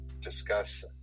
discuss